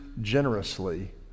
generously